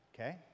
Okay